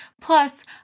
Plus